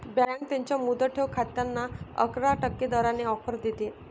bank त्यांच्या मुदत ठेव खात्यांना अकरा टक्के दराने ऑफर देते